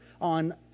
on